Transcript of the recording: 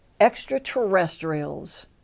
extraterrestrials